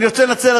אני רוצה לנצל,